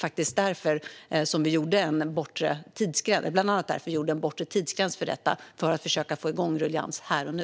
Det var bland annat därför vi satte en bortre tidsgräns för detta - för att försöka få ruljangs här och nu.